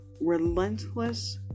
Relentless